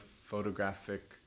photographic